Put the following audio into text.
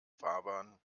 fahrbahn